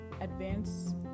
Advanced